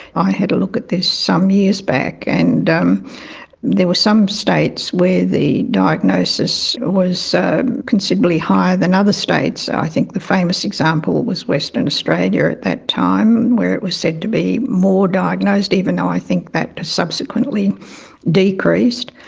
i had a look at this some years back and um there were some states where the diagnosis was considerably higher than other states. so i think the famous example was western australia at that time where it was said to be more diagnosed, even though i think that subsequently decreased.